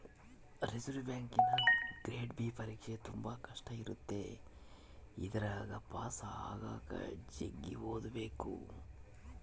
reserve ಬ್ಯಾಂಕಿನಗ grade B ಪರೀಕ್ಷೆ ತುಂಬಾ ಕಷ್ಟ ಇರುತ್ತೆ ಇದರಗ ಪಾಸು ಆಗಕ ಜಗ್ಗಿ ಓದಬೇಕು